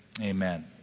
amen